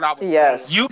Yes